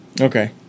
Okay